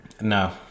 No